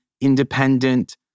independent